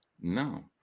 No